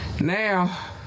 Now